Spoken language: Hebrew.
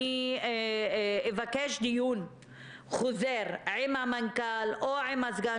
אני אבקש דיון חוזר עם המנכ"ל או עם הסגן